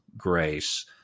grace